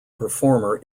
performer